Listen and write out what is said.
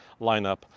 lineup